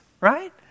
right